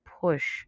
push